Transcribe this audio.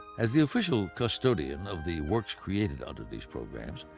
as the official custodian of the works created under these programs,